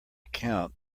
account